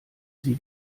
sie